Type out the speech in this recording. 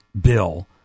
bill